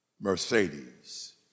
Mercedes